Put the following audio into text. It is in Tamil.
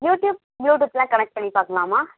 யூடியூப் ப்ளூடூத்லாம் கனெக்ட் பண்ணி பார்க்கலாமா